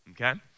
Okay